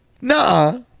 nah